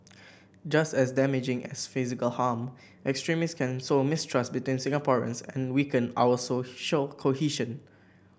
just as damaging as physical harm extremists can sow mistrust between Singaporeans and weaken our social cohesion